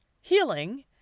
healing